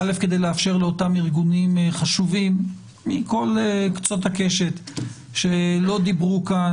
כדי לאפשר לאותם ארגונים חשובים מכל קצות הקשת שלא דיברו כאן,